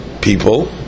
people